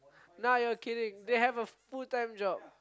nah you're kidding they have a full time job